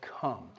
come